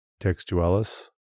Textualis